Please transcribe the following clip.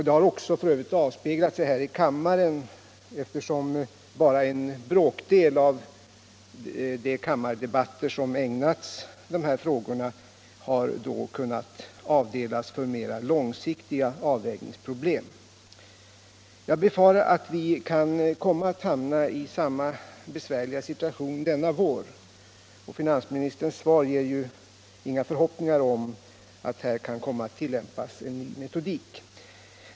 Det har för övrigt också avspeglat sig här i kammaren, eftersom bara en bråkdel av de kammardebatter som ägnats dessa frågor då kunnat avdelas för mera långsiktiga avvägningsproblem. Jag befarar att vi kan komma att hamna i samma besvärliga situation denna vår, och finansministerns svar ger ju inga förhoppningar om att här kan komma att tillämpas en ny metodik.